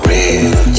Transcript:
Real